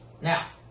Now